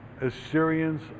Assyrians